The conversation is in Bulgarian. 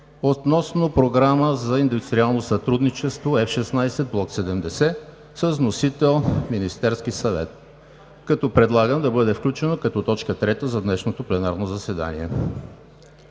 относно Програма за индустриално сътрудничество F-16 Block 70 с вносител Министерският съвет. Предлагам да бъде включен като – точка трета за днешното пленарно заседание.